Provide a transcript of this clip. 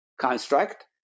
construct